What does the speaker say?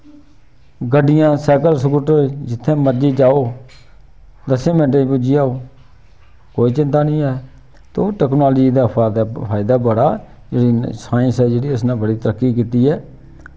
गड्डियां cycle scooter जित्थै मर्जी जाओ दस्से मैंटें च पुज्जी जाओ कोई चिंता निं ऐ तो टैक्नोलाजी दा फैदा फायदा बड़ा जेह्ड़ी इन साइंस ऐ जेह्ड़ी इसनै बड़ी तरक्की कीती ऐ